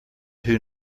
who